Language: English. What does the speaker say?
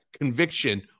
conviction